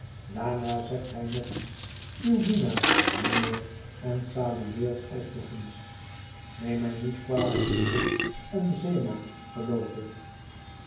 daarna zegt hij nog eens uw dienaar mijnheer en salueert ook nog eens neem mij niet kwalijk mijnheer een zeeman geloof ik